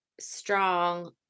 strong